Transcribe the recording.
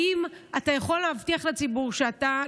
האם אתה יכול להבטיח לציבור שאתה,